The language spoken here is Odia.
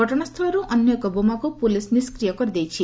ଘଟଣାସ୍ଥଳରୁ ଅନ୍ୟ ଏକ ବୋମାକୁ ପୁଲିସ୍ ନିଷ୍କ୍ରିୟ କରିଦେଇଛି